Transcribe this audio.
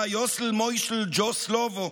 היה יוס'ל משה'ל ג'ו סלובו,